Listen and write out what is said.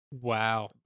Wow